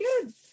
good